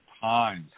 Times